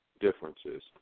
differences